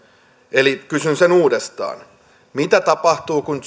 eli kysyn sen uudestaan mitä tapahtuu kun